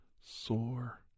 sore